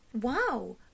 Wow